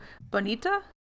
Bonita